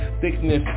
thickness